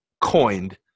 coined